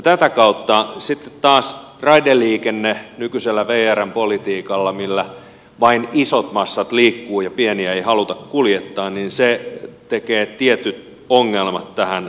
tätä kautta sitten taas raideliikenne nykyisellä vrn politiikalla millä vain isot massat liikkuvat ja pieniä ei haluta kuljettaa tekee tietyt ongelmat tähän kuvioon